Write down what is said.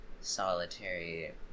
solitary